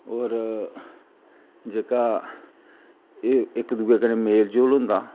और जेह्का एह् इक दूए कन्नै मेल जोल होंदा